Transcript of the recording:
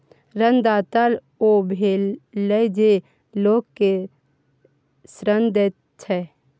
ऋणदाता ओ भेलय जे लोक केँ ऋण दैत छै